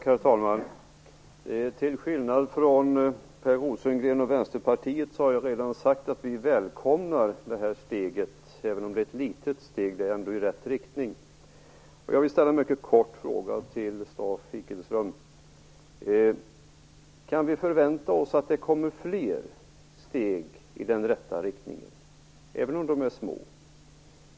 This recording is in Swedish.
Herr talman! Till skillnad från Per Rosengren och Vänsterpartiet har jag redan sagt att vi välkomnar det här steget. Även om det är ett litet steg är det ändå i rätt riktning. Jag vill ställa en mycket kort fråga till Lisbeth Staaf-Igelström. Kan vi förvänta oss att det kommer fler steg i den rätta riktningen, även om de är små?